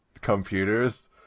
computers